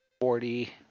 forty